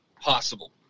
possible